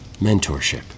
mentorship